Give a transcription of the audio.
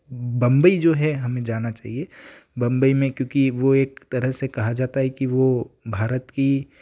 बम्बई जो है हमें जाना चाहिए बम्बई में क्योंकि वह एक तरह से कहा जाता है कि वह भारत की